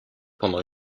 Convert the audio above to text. pendant